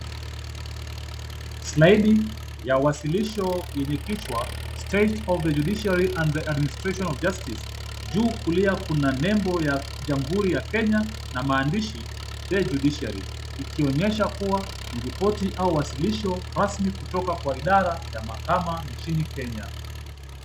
Slaidi ya wasilisho yenye kichwa, State of the Judiciary and the Administration of Justice . Juu kulia kuna nembo ya Jamhuri ya Kenya na maandishi The Judiciary . Ikionyesha kuwa ni ripoti au wasilisho rasmi kutoka kwa Idara ya Makama nchini Kenya.